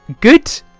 good